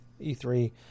E3